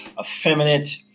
effeminate